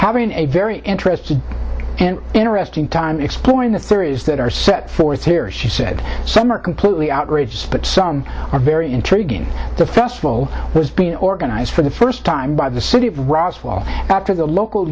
having a very interesting and interesting time exploring the theories that are set forth here she said some are completely outrageous but some are very intriguing the festival has been organized for the first time by the city of roswell after the local